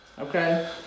Okay